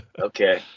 Okay